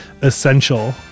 essential